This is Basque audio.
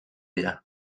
dira